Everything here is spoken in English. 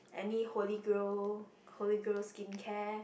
any Holy Grail Holy Grail skincare